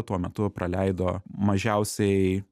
tuo metu praleido mažiausiai